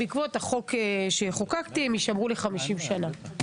בעקבות החוק שחוקקתי, הן יישמרו ל-50 שנה.